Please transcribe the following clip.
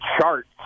charts